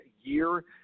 year